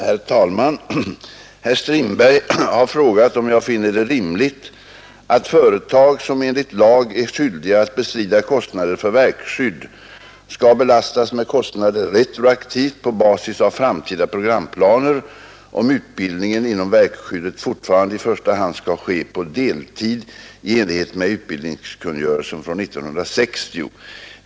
Herr talman! Herr Strindberg har frågat mig om jag finner det rimligt att företag, som enligt lag är skyldiga att bestrida kostnader för verkskydd, skall belastas med kostnader retroaktivt på basis av framtida programplaner, om utbildningen inom verkskyddet fortfarande i första hand skall ske på deltid i enlighet med utbildningskungörelsen från 1960.